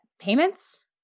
payments